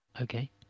Okay